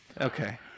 Okay